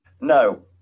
no